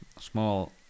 small